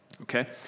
Okay